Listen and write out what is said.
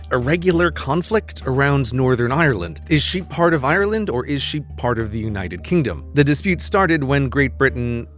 irregular conflict around northern ireland is she part of ireland or is she part of the united kingdom? the dispute started when great britain.